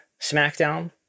SmackDown